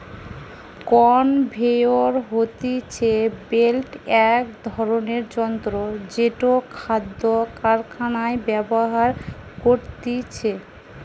conveyor হতিছে belt এক ধরণের যন্ত্র জেটো খাদ্য কারখানায় ব্যবহার করতিছে